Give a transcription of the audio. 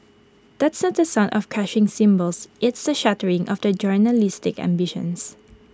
that's not the sound of crashing cymbals it's the shattering of their journalistic ambitions